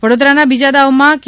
વડોદરાના બીજા દાવમાં કે